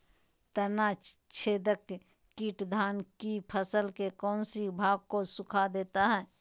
तनाछदेक किट धान की फसल के कौन सी भाग को सुखा देता है?